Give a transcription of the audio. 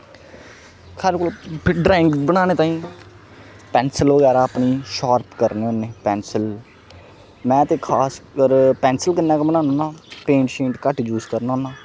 साढ़े कोल ड्रांइग फिर बनाने ताहीं पैंसल बगैरा अपनी शार्प करने पैंसल में ते खास कर पैंसल कन्नै गै बनाना होन्ना पेंट शेंट घट्ट यूज करना होन्ना